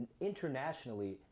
internationally